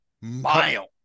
mile